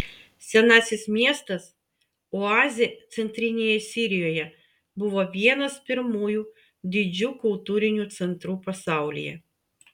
senasis miestas oazė centrinėje sirijoje buvo vienas pirmųjų didžių kultūrinių centrų pasaulyje